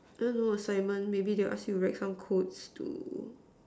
I don't know assignment maybe they'll ask you to write some codes to